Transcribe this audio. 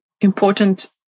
important